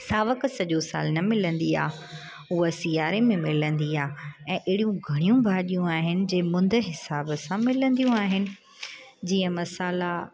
सावक सॼो साल न मिलंदी आहे उहो सिआरे में मिलंदी आहे ऐं अहिड़ियूं घणियूं भाॼियूं आहिनि जे मुंद हिसाब सां मिलंदियूं आहिनि जीअं मसाला